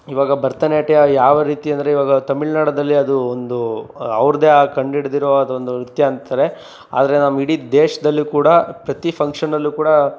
ಇವಾಗ ಭರತನಾಟ್ಯ ಯಾವ ರೀತಿ ಅಂದರೆ ಇವಾಗ ತಮಿಳುನಾಡದಲ್ಲಿ ಅದು ಒಂದು ಅವ್ರದೇ ಆ ಕಂಡಿಡ್ದಿರುವ ಅದೊಂದು ನೃತ್ಯ ಅಂತಾರೇ ಆದರೆ ನಮ್ಮ ಇಡೀ ದೇಶದಲ್ಲಿಯೂ ಕೂಡ ಪ್ರತೀ ಫಂಕ್ಷನ್ನಲ್ಲು ಕೂಡ